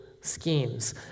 schemes